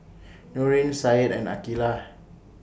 Nurin Said and Aqilah